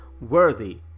worthy